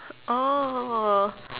oh